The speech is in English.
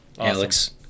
Alex